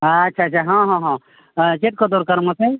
ᱟᱪᱪᱷᱟ ᱟᱪᱪᱷᱟ ᱦᱮᱸ ᱦᱮᱸ ᱪᱮᱫ ᱠᱚ ᱫᱚᱨᱠᱟᱨ ᱢᱟᱥᱮ